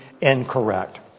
incorrect